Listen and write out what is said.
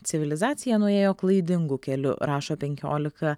civilizacija nuėjo klaidingu keliu rašo penkiolika